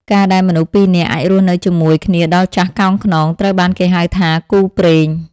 ការដែលមនុស្សពីរនាក់អាចរស់នៅជាមួយគ្នាដល់ចាស់កោងខ្នង ត្រូវបានគេហៅថាគូព្រេង។